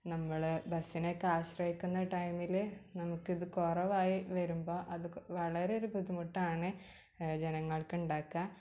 നമ്മള് ബസ്സിനെ ഒക്കെ ആശ്രയിക്കുന്ന ടൈമിൽ നമുക്ക് ഇത് കുറവായി വരുമ്പോൾ അത് വളരെ ഒരു ബുദ്ധിമുട്ടാണ് ജനങ്ങൾക്ക് ഉണ്ടാക്കുക